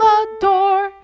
adore